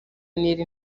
nil